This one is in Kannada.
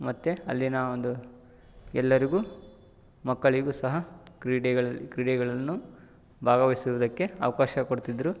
ಮತ್ತು ಅಲ್ಲಿನ ಒಂದು ಎಲ್ಲರಿಗೂ ಮಕ್ಕಳಿಗೂ ಸಹ ಕ್ರೀಡೆಗಳಲ್ಲಿ ಕ್ರೀಡೆಗಳನ್ನು ಭಾಗವಹಿಸುವುದಕ್ಕೆ ಅವಕಾಶ ಕೊಡ್ತಿದ್ದರು